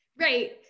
right